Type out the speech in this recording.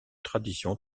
tradition